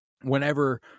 whenever